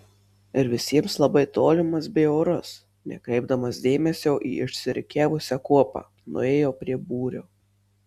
ir visiems labai tolimas bei orus nekreipdamas dėmesio į išsirikiavusią kuopą nuėjo prie būro